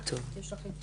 יש לך את